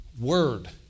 word